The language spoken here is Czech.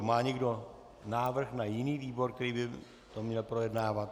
Má někdo návrh na jiný výbor, který by to měl projednávat?